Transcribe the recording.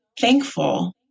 Thankful